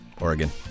Oregon